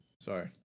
sorry